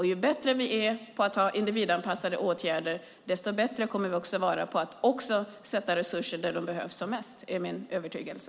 Ju bättre vi är på att ha individanpassade åtgärder, desto bättre kommer vi också vara på att sätta in resurser där de behövs som mest. Det är min övertygelse.